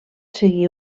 seguir